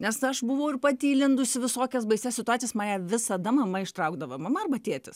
nes aš buvau ir pati įlindus į visokias baisias situacijas mane visada mama ištraukdavo mama arba tėtis